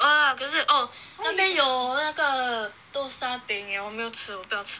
ah be~ orh 那边有那个豆沙饼 yer~ 我没有吃我不要吃